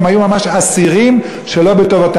הם היו ממש אסירים שלא בטובתם.